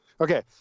Okay